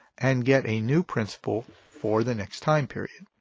and get a new principal for the next time period.